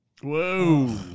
whoa